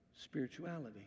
spirituality